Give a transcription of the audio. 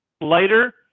lighter